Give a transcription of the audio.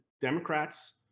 Democrats